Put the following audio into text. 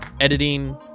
editing